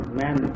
man